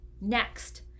Next